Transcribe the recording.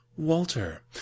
Walter